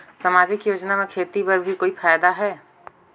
समाजिक योजना म खेती बर भी कोई फायदा है?